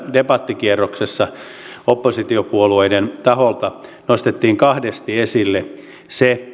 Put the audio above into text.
debattikierroksella oppositiopuolueiden taholta nostettiin kahdesti esille se ihmetys